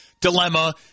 dilemma